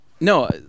no